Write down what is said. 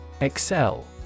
Excel